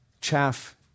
Chaff